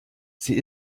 sie